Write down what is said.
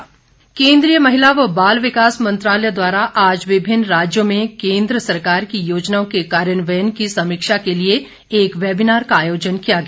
सरवीण चौधरी केन्द्रीय महिला व बाल विकास मंत्रालय द्वारा आज विभिन्न राज्यों में केंद्र सरकार की योजनाओं के कार्यान्वयन की समीक्षा के लिए एक वेबिनार का आयोजन किया गया